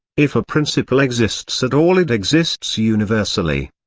if a principle exists at all it exists universally.